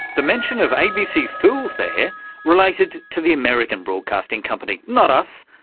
the mention of abc fools there related to the american broadcasting company, not us.